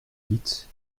dites